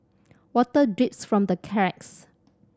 water drips from the cracks